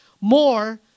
more